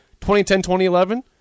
2010-2011